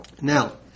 Now